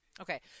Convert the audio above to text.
Okay